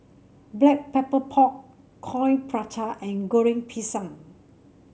Black Pepper Pork Coin Prata and Goreng Pisang